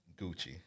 Gucci